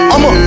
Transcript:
I'ma